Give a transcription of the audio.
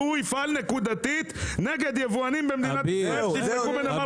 שהוא יפעל נקודתית נגד יבואנים במדינת ישראל שיפרקו בנמל חיפה.